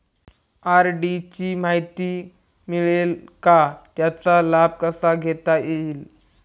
RD ची माहिती मिळेल का, त्याचा लाभ कसा घेता येईल?